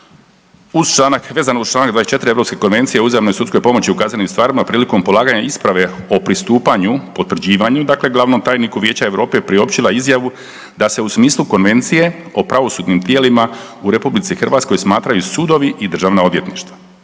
RH je vezana uz čl. 24. Europske konvencije o uzajamnoj sudskoj pomoći u kaznenim stvarima prilikom polaganja isprave o pristupanju, potvrđivanju glavnom tajniku Vijeća Europe priopćila izjavu da se u smislu konvencije o pravosudnim tijelima u RH smatraju sudovi i državna odvjetništva.